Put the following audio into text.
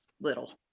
little